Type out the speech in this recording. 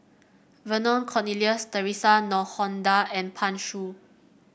Vernon Cornelius Theresa Noronha and Pan Shou